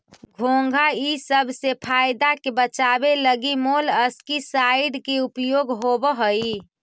घोंघा इसब से फसल के बचावे लगी मोलस्कीसाइड के उपयोग होवऽ हई